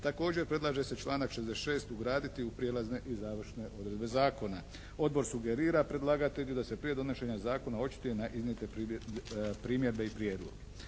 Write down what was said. Također predlaže se članak 66. ugraditi u prijelazne i završne odredbe zakona. Odbor sugerira predlagatelju da se prije donošenja zakona očituje na iznijete primjedbe i prijedloge.